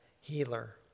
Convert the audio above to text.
healer